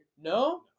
No